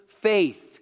faith